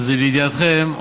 לידיעתכם,